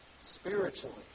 spiritually